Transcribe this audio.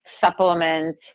supplement